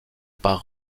par